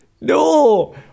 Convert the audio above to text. No